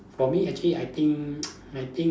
for me actually I think I think